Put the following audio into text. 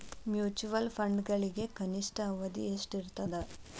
mutual ಫಂಡ್ಗಳಿಗೆ ಕನಿಷ್ಠ ಅವಧಿ ಎಷ್ಟಿರತದ